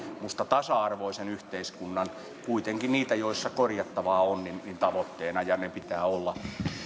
suomalaisen tasa arvoisen yhteiskunnan tavoitteita joissa korjattavaa on ja niin pitää olla